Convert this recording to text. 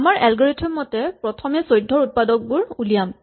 আমাৰ এলগৰিথম মতে প্ৰথমে ১৪ ৰ উৎপাদকসমূহ উলিয়াম